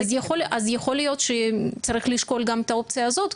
אז יכול להיות שצריך לשקול גם את האופציה הזאת.